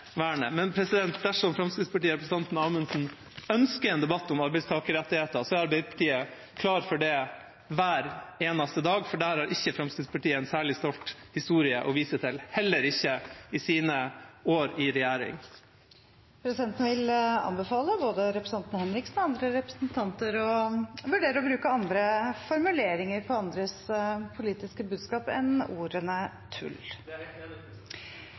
vernet. Men dersom Fremskrittspartiet og representanten Amundsen ønsker en debatt om arbeidstakerrettigheter, er Arbeiderpartiet klare for det hver eneste dag, for der har ikke Fremskrittspartiet en særlig stolt historie å vise til, heller ikke i sine år i regjering. Presidenten vil anbefale både representanten Henriksen og andre representanter å vurdere å bruke andre formuleringer på andres politiske budskap enn